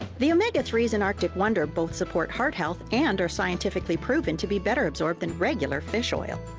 the omega three s in arctic wonder, both support heart health and are scientifically proven to be better absorbed than regular fish oil.